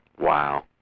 Wow